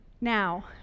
Now